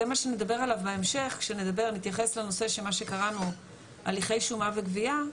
זה מה שנדבר עליו בהמשך כשנתייחס לנושא של מה שקראנו הליכי שומה וגבייה.